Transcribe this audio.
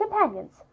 companions